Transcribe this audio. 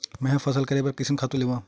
मैं ह फसल करे बर कइसन खातु लेवां?